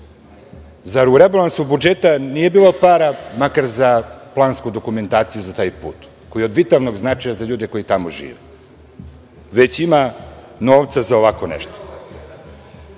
u rebalansu budžeta nije bilo para makar za plansku dokumentaciju za taj put, koji je od vitalnog značaja za ljude koji tamo žive, već ima novca za ovako nešto. Da